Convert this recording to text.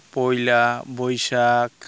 ᱯᱚᱭᱞᱟ ᱵᱳᱭᱥᱟᱠᱷ